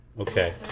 okay